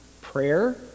prayer